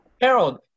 Harold